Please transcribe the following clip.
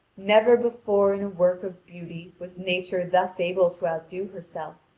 never before in a work of beauty was nature thus able to outdo herself,